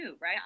right